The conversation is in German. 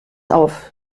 auf